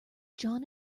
john